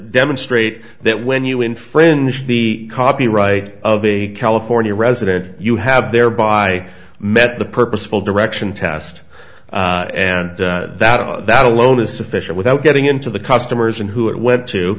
demonstrate that when you infringe the copyright of a california resident you have thereby met the purposeful direction test and that that alone is sufficient without getting into the customers and who it went